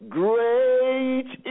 great